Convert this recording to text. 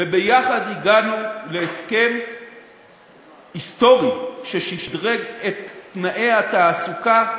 וביחד הגענו להסכם היסטורי ששדרג את תנאי התעסוקה,